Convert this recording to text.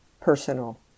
personal